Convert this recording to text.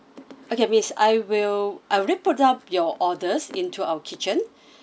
okay miss I will I already put up your orders into our kitchen